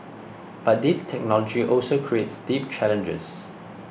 but deep technology also creates deep challenges